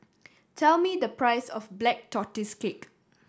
tell me the price of Black Tortoise Cake